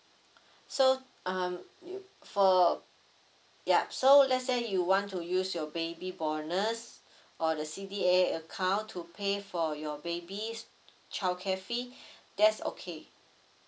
so um you for yup so let's say you want to use your baby bonus or the C_D_A account to pay for your baby's childcare fee that's okay